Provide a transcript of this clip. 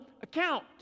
account